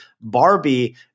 Barbie